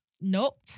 Nope